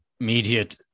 immediate